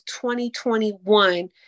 2021